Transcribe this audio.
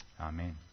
Amen